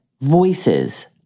Voices